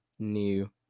new